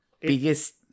biggest